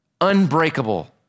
unbreakable